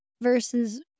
versus